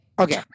Okay